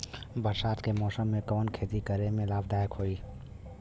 बरसात के मौसम में कवन खेती करे में लाभदायक होयी?